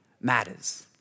matters